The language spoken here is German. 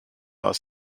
aus